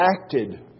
acted